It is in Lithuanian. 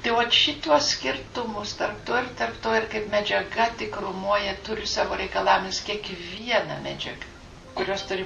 tai vat šituos skirtumus tarp to ir tarp to ir kaip medžiaga tikrumoje turi savo reikalavimus kiekviena medžiaga kuriuos turi